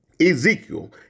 Ezekiel